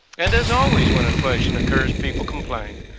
and as always. when inflation occurs, people complained.